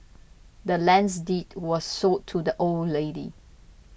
the land's deed was sold to the old lady